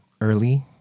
early